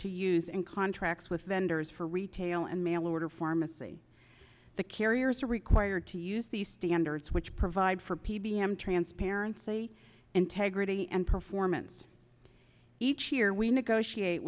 to use and contracts with vendors for retail and mail order pharmacy the carriers are required to use these standards which provide for p b m transparency integrity and performance each year we negotiate